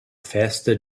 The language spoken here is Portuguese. festa